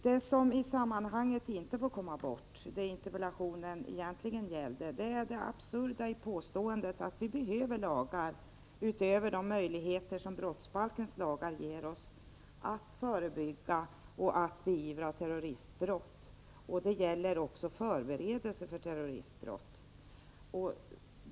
Det som i sammanhanget inte får komma bort och det interpellationen egentligen gällde är det absurda i påståendet att vi behöver lagar, utöver de möjligheter som brottsbalken ger oss, för att förebygga och beivra terroristbrott och att det också gäller förberedelse för terroristbrott.